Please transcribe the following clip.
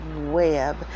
Web